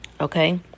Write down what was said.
Okay